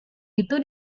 itu